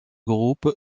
groupe